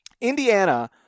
Indiana